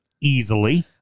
easily